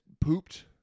pooped